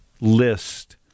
list